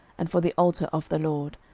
and for the altar of the lord,